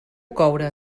coure